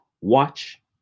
Watch